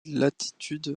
latitude